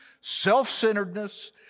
self-centeredness